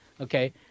okay